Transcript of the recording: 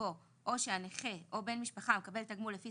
יבוא "או שהנכה או בן משפחה המקבל תגמול לפי